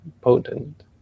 potent